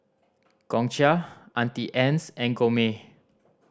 Gongcha Auntie Anne's and Gourmet